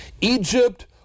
Egypt